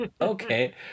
okay